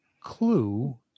clue